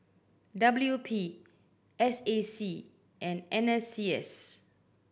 W P S A C and N S C S